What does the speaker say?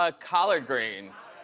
ah collard greens.